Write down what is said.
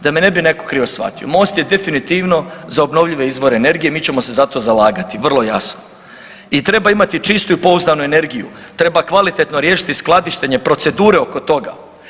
Da me ne bi netko krivo shvatio, MOST je definitivno za obnovljive izvore energije, mi ćemo se za to zalagati, vrlo jasno i treba imati čistu i pouzdanu energiju, treba kvalitetno riješiti skladištenje, procedure oko toga.